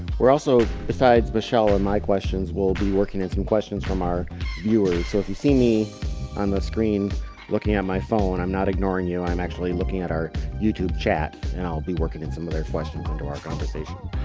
we're also besides michelle and my questions, we'll be working on some questions from our viewers. so if you see me on the screen looking at my phone i'm not ignoring you i'm actually looking at our youtube chat and i'll be working in some of their questions into our conversation